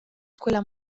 escuela